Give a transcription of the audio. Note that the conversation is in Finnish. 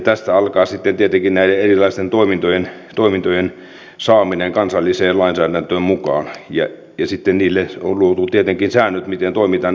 tästä alkaa sitten tietenkin näiden erilaisten toimintojen saaminen kansalliseen lainsäädäntöön mukaan ja sitten niille on tietenkin luotu säännöt miten toimitaan eri tilanteissa